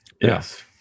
Yes